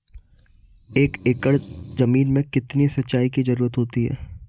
एक एकड़ ज़मीन में कितनी सिंचाई की ज़रुरत होती है?